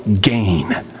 Gain